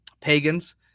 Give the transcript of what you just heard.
pagans